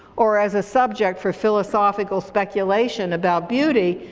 or as a subject for philosophical speculation about beauty,